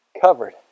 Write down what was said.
covered